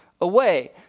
away